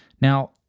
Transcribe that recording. Now